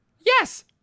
Yes